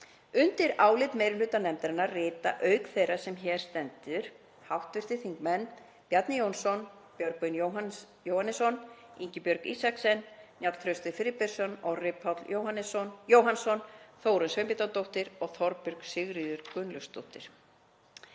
Undir álit meiri hluta nefndarinnar rita, auk þeirrar sem hér stendur, hv. þingmenn Bjarni Jónsson, Björgvin Jóhannesson, Ingibjörg Isaksen, Njáll Trausti Friðbertsson, Orri Páll Jóhannsson, Þórunn Sveinbjarnardóttir og Þorbjörg Sigríður Gunnlaugsdóttir.